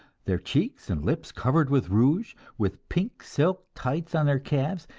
their cheeks and lips covered with rouge, with pink silk tights on their calves,